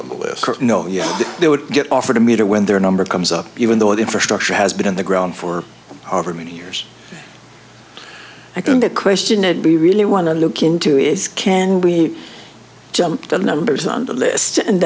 on the list no yes they would get offered a meter when their number comes up even though the infrastructure has been in the ground for over many years i kinda question and be really want to look into is can we jump the numbers on the list and